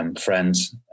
friends